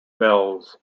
bells